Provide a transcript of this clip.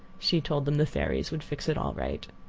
she told them the fairies would fix it all right.